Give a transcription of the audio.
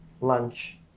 lunch